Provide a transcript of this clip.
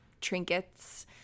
trinkets